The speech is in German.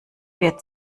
wird